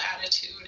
attitude